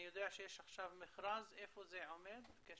אני יודע שיש עכשיו מכרז, איפה זה עומד?